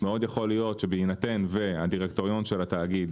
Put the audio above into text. מאוד יכול להיות שבהינתן שהדירקטוריון של התאגיד